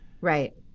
right